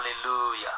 hallelujah